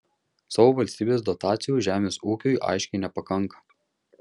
savo valstybės dotacijų žemės ūkiui aiškiai nepakanka